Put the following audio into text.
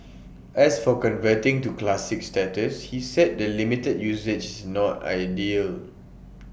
as for converting to classic status he said the limited usage is not ideal